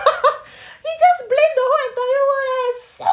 he just blame the whole entire world eh